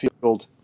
field